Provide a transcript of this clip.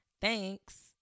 Thanks